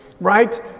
right